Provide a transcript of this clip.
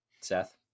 Seth